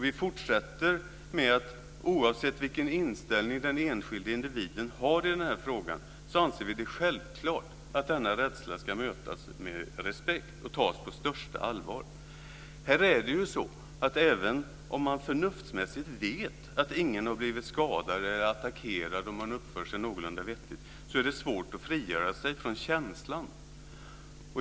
Vi fortsätter med att säga att oavsett vilken inställning den enskilde individen har i den här frågan anser vi det självklart att denna rädsla ska mötas med respekt och tas på största allvar. Även om man förnuftsmässigt vet att ingen blivit skadad eller attackerad om man uppfört sig någorlunda vettigt är det svårt att frigöra sig från känslan.